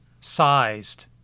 sized